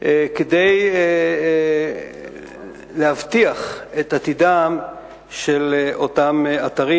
כדי להבטיח את עתידם של אותם אתרים.